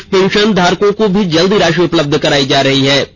शेष पेंशन धारकों को भी जल्द राशि उपलब्ध कराई जा रही है